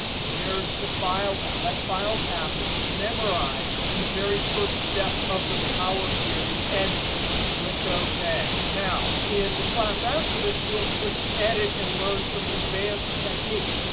there's the file path. that file path is memorized in the very first step of the power query editor. click ok. now, in the class after this will click edit, and learn some advanced techniques.